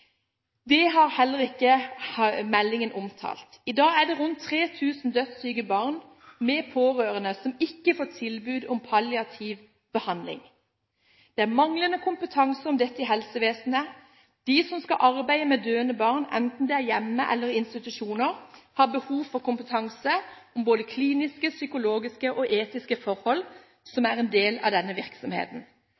Det har heller ikke meldingen omtalt. I dag er det rundt 3 000 dødssyke barn med pårørende som ikke får tilbud om palliativ behandling. Det er manglende kompetanse om dette i helsevesenet. De som skal arbeide med døende barn, enten det er hjemme eller i institusjoner, har behov for kompetanse om både kliniske, psykologiske og etiske forhold, som